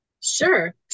Sure